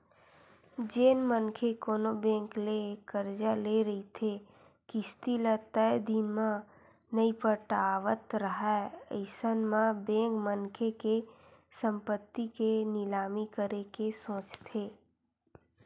जेन मनखे कोनो बेंक ले करजा ले रहिथे किस्ती ल तय दिन म नइ पटावत राहय अइसन म बेंक मनखे के संपत्ति के निलामी करे के सोचथे